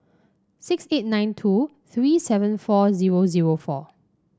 six eight nine two three seven four zero zero four